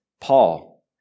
Paul